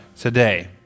today